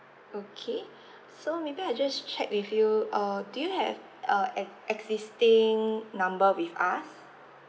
okay so maybe I just check with you uh do you have uh ex~ existing number with us